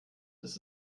ist